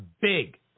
big